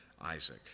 Isaac